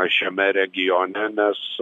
šiame regione nes